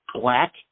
black